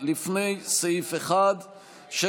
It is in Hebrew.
הייתי אומר,